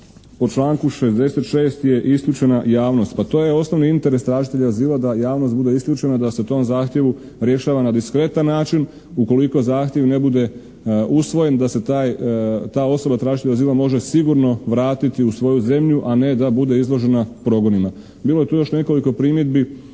po članku 66. je isključena javnost. Pa to je osnovni interes tražitelja azila da javnost bude isključena, da se o tom zahtjevu rješava na diskretan način, ukoliko zahtjev ne bude usvojen da se taj, ta osoba, tražitelj azila može sigurno vratiti u svoju zemlju, a ne da bude izložena progonima. Bilo je tu još nekoliko primjedbi